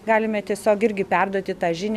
galime tiesiog irgi perduoti tą žinią